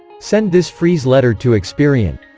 send this freeze letter to experian